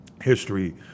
history